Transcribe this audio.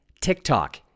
TikTok